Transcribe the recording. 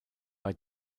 bei